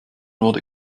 wurde